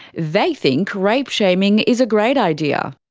they think rape shaming is a great idea.